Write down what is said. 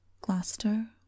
Gloucester